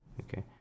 Okay